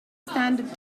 standard